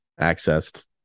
accessed